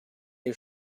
use